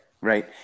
Right